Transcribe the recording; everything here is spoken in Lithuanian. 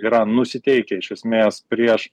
yra nusiteikę iš esmės prieš